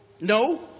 no